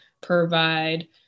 provide